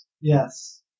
Yes